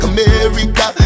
America